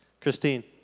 Christine